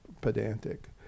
pedantic